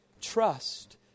Trust